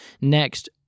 Next